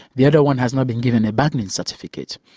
the other one has not been given a bargaining certificate,